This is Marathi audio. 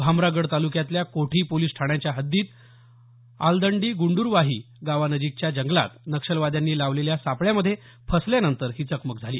भामरागड तालुक्यातल्या कोठी पोलिस ठाण्याच्या हद्दीत आलदंडी गुंडुरवाही गावानजीकच्या जंगलात नक्षलवाद्यांनी लावलेल्या सापळ्यामध्ये फसल्यानंतर ही चकमक झाली